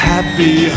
Happy